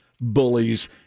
bullies